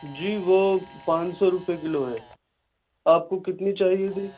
جی وہ پان سو روپیے کلو ہے آپ کو کتنی چاہیے تھی